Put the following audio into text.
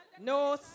No